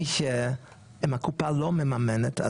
מי שהקופה לא ממממנת,